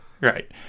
Right